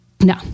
No